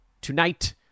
tonight